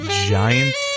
Giants